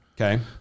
Okay